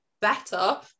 better